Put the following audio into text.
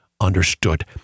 understood